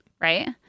Right